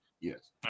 yes